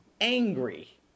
angry